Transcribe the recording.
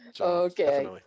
Okay